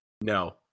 No